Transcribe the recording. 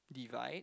divide